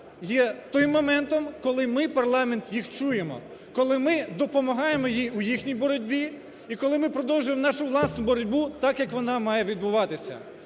є тим моментом, коли ми, парламент, їх чуємо, коли ми допомагаємо у їхній боротьбі і коли ми продовжуємо нашу власну боротьбу так, як вона має відбуватися.